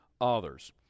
others